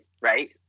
right